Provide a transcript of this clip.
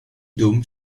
dôme